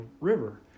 river